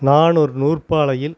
நான் ஒரு நூற்பாலையில்